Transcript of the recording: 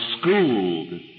schooled